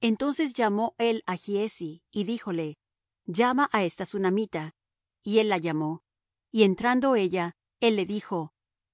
entonces llamó él á giezi y díjole llama á esta sunamita y él la llamó y entrando ella él le dijo